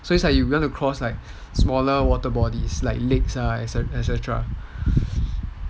so it's like you want to cross smaller water bodies like lakes ah